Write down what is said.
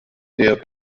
der